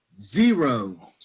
Zero